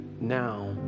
now